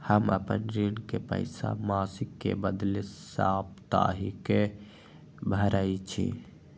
हम अपन ऋण के पइसा मासिक के बदले साप्ताहिके भरई छी